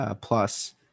plus